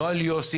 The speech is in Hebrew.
לא על יוסי,